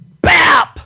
BAP